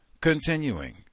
Continuing